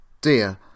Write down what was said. Dear